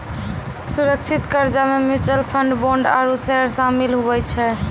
सुरक्षित कर्जा मे म्यूच्यूअल फंड, बोंड आरू सेयर सामिल हुवै छै